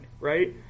right